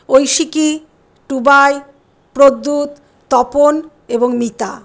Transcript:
ঐশীকী টুবাই প্রদ্যুৎ তপন এবং মিতা